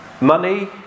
money